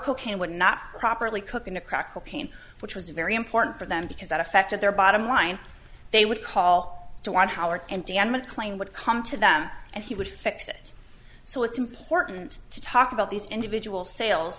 cocaine would not properly cook in a crack cocaine which was very important for them because that affected their bottom line they would call you on howard and dan mclane would come to them and he would fix it so it's important to talk about these individual sales